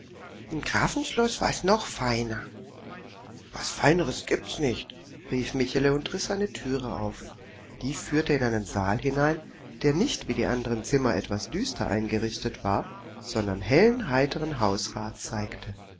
im grafenschloß war's noch feiner was feineres gibt's nicht rief michele und riß eine türe auf die führte in einen saal hinein der nicht wie die andern zimmer etwas düster eingerichtet war sondern hellen heiteren hausrat zeigte